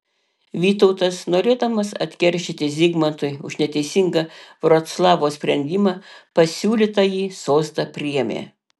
vytautas norėdamas atkeršyti zigmantui už neteisingą vroclavo sprendimą pasiūlytąjį sostą priėmė